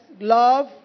Love